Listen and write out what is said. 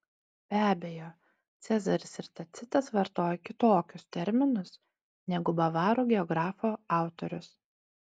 be abejo cezaris ir tacitas vartojo kitokius terminus negu bavarų geografo autorius